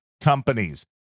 companies